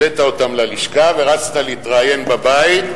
הבאתם אותם ללשכה ורצת להתראיין בבית,